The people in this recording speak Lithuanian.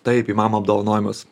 taip į mamą apdovanojimas